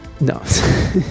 no